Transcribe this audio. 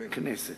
הכנסת.